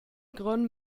grond